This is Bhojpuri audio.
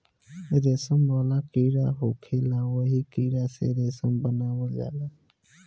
रेशम वाला कीड़ा होखेला ओही कीड़ा से रेशम बनावल जाला